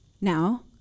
Now